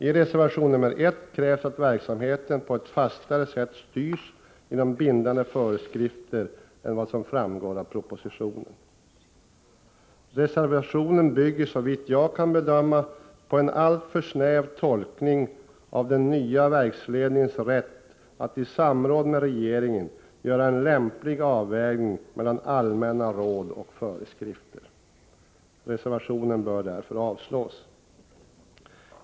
I reservation 1 krävs att verksamheten genom bindande föreskrifter styrs på ett fastare sätt än vad som framgår av propositionen. Reservationen bygger såvitt jag kan bedöma på en alltför snäv tolkning av den nya verksledningens rätt att i samråd med regeringen göra en lämplig avvägning mellan allmänna råd och föreskrifter. Reservationen bör därför avslås.